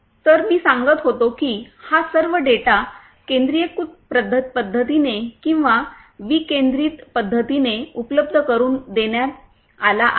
तर मी सांगत होतो की हा सर्व डेटा केंद्रीयकृत पद्धतीने किंवा काही विकेंद्रित पद्धतीने उपलब्ध करून देण्यात आला आहे